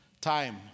Time